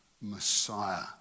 Messiah